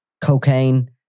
cocaine